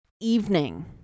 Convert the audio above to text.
evening